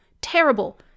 terrible